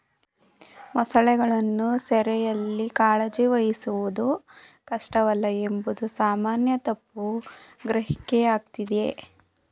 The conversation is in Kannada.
ಮೊಸಳೆಗಳನ್ನು ಸೆರೆಯಲ್ಲಿ ಕಾಳಜಿ ವಹಿಸುವುದು ಕಷ್ಟವಲ್ಲ ಎಂಬುದು ಸಾಮಾನ್ಯ ತಪ್ಪು ಗ್ರಹಿಕೆಯಾಗಯ್ತೆ